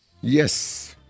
Yes